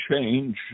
change